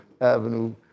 Avenue